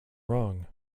wrong